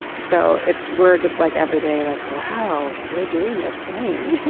so it's we're just like every day like wow we're doing this thing.